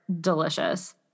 delicious